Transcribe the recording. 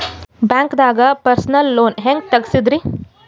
ಬ್ಯಾಂಕ್ದಾಗ personal loan ಹೆಂಗ್ ತಗ್ಸದ್ರಿ?